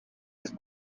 his